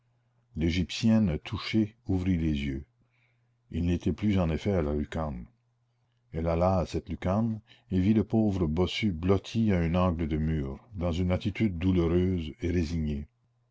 l'égyptienne touchée ouvrit les yeux il n'était plus en effet à la lucarne elle alla à cette lucarne et vit le pauvre bossu blotti à un angle de mur dans une attitude douloureuse et résignée